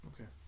Okay